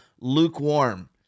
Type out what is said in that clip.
lukewarm